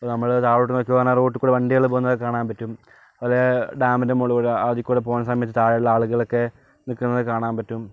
അപ്പോൾ നമ്മള് താഴോട്ട് നോക്കുവാണേൽ റോട്ടിക്കൂടെ വണ്ടികള് പോകുന്നതക്കെ കാണാൻ പറ്റും അത് ഡാമിൻ്റെ മുകളില് അതിക്കുടെ പോകുന്ന സമയത്ത് താഴെള്ള ആളുകളൊക്കെ നിക്കുന്നത് കാണാൻ പറ്റും